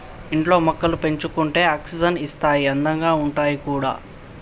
ఇంట్లో మొక్కలు పెంచుకుంటే ఆక్సిజన్ ఇస్తాయి అందంగా ఉంటాయి కూడా